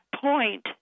point